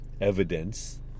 evidence